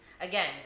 again